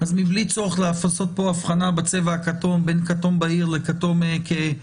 אז אין צורך ליצור פה הבחנה בצבע הכתום בין כתום בהיר לכתום כהה,